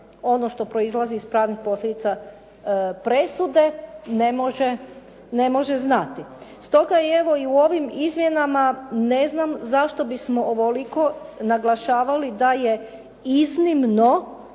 ono što proizlazi iz pravnih posljedica presude, ne može znati. Stoga evo i u ovim izmjenama ne znam zašto bismo ovoliko naglašavali se može